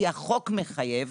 כי החוק מחייב.